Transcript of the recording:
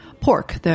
Pork